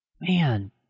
Man